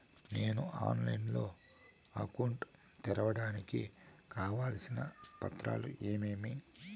నేను ఆన్లైన్ లో అకౌంట్ తెరవడానికి కావాల్సిన పత్రాలు ఏమేమి?